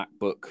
MacBook